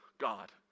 God